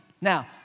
Now